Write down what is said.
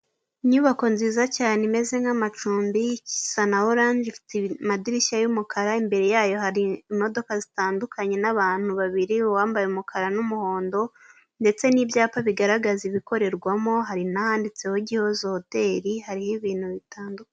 Inyubako nziza cyane imeze nk'amacumbi isa na orange ifite amadirishya y'umukara imbere yayo hari imodoka zitandukanye n'abantu babiri bambaye umukara n'umuhondo ndetse n'ibyapa bigaragaza ibikorerwamo, hari n'ahanditseho Gihozo hoteli hariho ibintu bitandukanye.